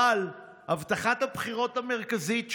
אבל הבטחת הבחירות המרכזית שלכם,